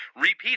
Repeat